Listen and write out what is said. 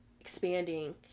expanding